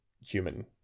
human